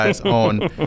on